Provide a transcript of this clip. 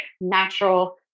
natural